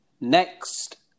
Next